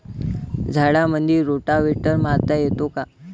झाडामंदी रोटावेटर मारता येतो काय?